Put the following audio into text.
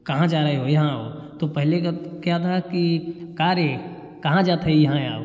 कहाँ जा रहे हो यहाँ आओ तो पहले का क्या था की का रे कहाँ जात हई यहाँ आव